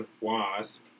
Wasp